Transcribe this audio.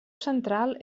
central